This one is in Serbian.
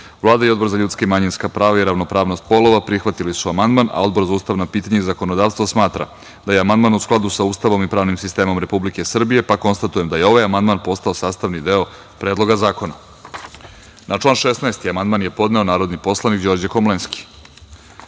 Božić. Vlada i Odbor za ljudska i manjinska prava i ravnopravnost polova prihvatili su amandman, a Odbor za ustavna pitanja i zakonodavstvo smatra da je amandman u skladu sa Ustavom i pravnim sistemom Republike Srbije, pa konstatujem da je ovaj amandman postao sastavni deo Predloga zakona. Na član 16. amandman je podneo narodni poslanik Đorđe Komlenski. Na